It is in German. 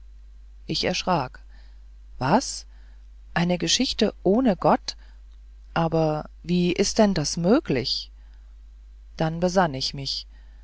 ich erschrak was eine geschichte ohne gott aber wie ist denn das möglich dann besann ich mich